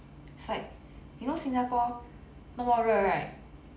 it's like you know 新加坡那么热 right